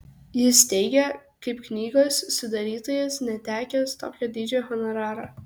jis teigia kaip knygos sudarytojas netekęs tokio dydžio honoraro